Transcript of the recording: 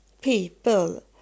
people